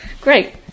Great